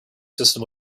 system